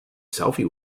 selfie